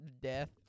death